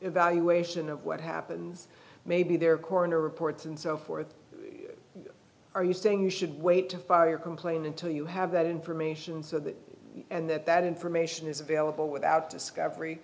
evaluation of what happens maybe there coroner reports and so forth are you saying you should wait to fire complain until you have that information so that and that that information is available without